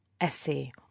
essay